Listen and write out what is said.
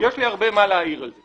ויש לי הרבה מה להעיר על זה.